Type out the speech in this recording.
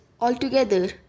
altogether